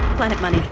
planet money.